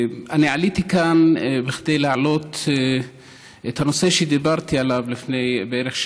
אני עליתי כאן כדי להעלות את הנושא שדיברתי עליו לפני בערך שעה,